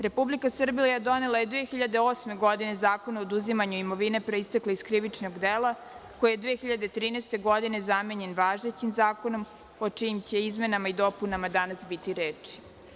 Republika Srbija donela je 2008. godine Zakon o oduzimanju imovine proistekle iz krivičnog dela, koji je 2013. godine zamenjen važećim Zakonom, o čijim će izmenama i dopunama danas biti reči.